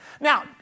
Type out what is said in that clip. Now